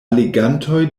legantoj